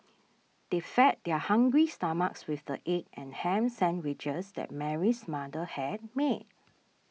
they fed their hungry stomachs with the egg and ham sandwiches that Mary's mother had made